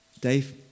Dave